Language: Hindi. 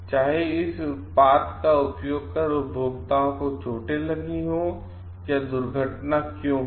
चाहे इस उत्पाद का उपयोग कर उपभोक्ताओं को चोटें लगीं या दुर्घटना क्यों हुई